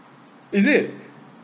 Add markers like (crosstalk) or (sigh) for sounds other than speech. (laughs) is it